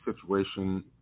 situation